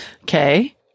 Okay